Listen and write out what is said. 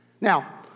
Now